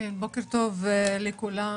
בוקר טוב לכולם,